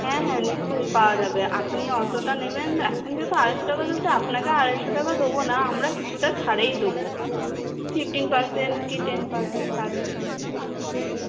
হ্যাঁ হ্যাঁ নিশ্চই পাওয়া যাবে আপনি অতটা নেবেন এখন যেহেতু আড়াইশো টাকা চলছে আপনাকে আড়াইশো টাকাতে দেবো না আমরা কিছুটা ছাড়েই দেবো ফিফটিন পারসেন্ট কি টেন পারসেন্ট ছাড়ে